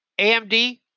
AMD